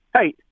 Hey